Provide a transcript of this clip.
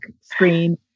screen